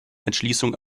entschließung